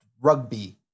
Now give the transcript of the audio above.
rugby